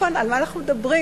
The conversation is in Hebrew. על מה אנחנו מדברים?